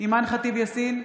אימאן ח'טיב יאסין,